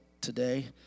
today